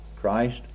Christ